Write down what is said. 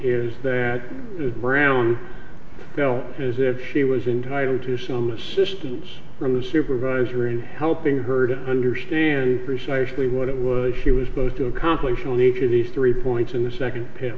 is that brown says if she was entitled to some assistance from the supervisor in helping her to understand precisely what it was she was supposed to accomplish in each of these three points in the second